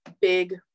big